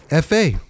FA